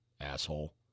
asshole